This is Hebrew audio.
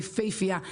יפהפייה,